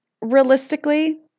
realistically